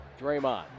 Draymond